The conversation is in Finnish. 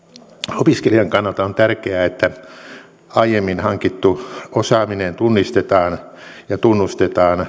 opiskelijan kannalta on tärkeää että aiemmin hankittu osaaminen tunnistetaan ja tunnustetaan